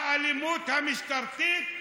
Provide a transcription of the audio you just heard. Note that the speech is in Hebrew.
האלימות המשטרתית,